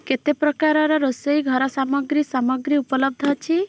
କେତେ ପ୍ରକାରର ରୋଷେଇ ଘର ସାମଗ୍ରୀ ସାମଗ୍ରୀ ଉପଲବ୍ଧ ଅଛି